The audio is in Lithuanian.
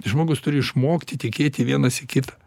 žmogus turi išmokti tikėti vienas į kitą